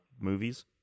movies